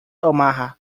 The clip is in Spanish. omaha